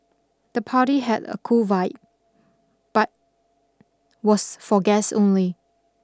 the party had a cool vibe but was for guests only